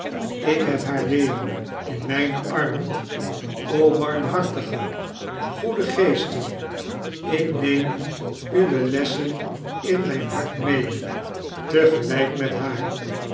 ik heb haar weer in mijne armen o barmhartige goede geesten ik neem uwe lessen in mijn hart mede te gelijk met haar